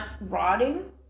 rotting